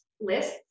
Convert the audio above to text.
lists